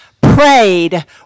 prayed